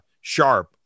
sharp